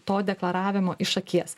to deklaravimo iš akies